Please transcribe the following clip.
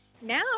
now